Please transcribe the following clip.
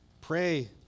pray